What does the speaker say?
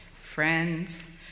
friends